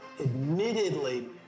admittedly